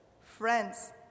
friends